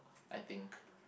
I think